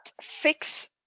fix